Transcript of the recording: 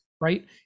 Right